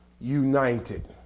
united